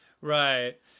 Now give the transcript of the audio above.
Right